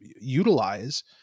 utilize